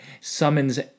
summons